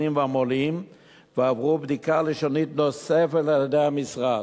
והמו"לים ועברו בדיקה לשונית נוספת על-ידי המשרד.